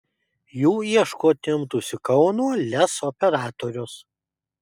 jų ieškoti imtųsi kauno lez operatorius